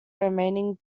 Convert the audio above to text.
remaining